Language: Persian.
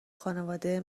خانواده